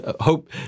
hope